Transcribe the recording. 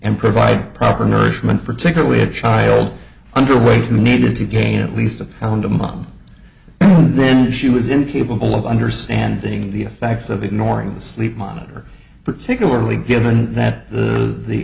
and provide proper nourishment particularly a child under way to needed to gain at least a pound a month then she was incapable of understanding the effects of ignoring the sleep monitor particularly given that the the